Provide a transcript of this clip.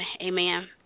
Amen